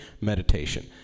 meditation